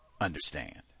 understand